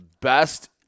best